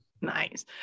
Nice